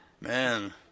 Man